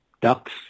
ducks